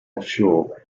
offshore